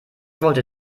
wollte